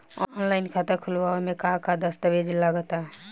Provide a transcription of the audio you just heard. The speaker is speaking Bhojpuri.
आनलाइन खाता खूलावे म का का दस्तावेज लगा ता?